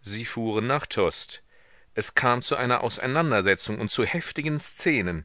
sie fuhren nach tostes es kam zu einer auseinandersetzung und zu heftigen szenen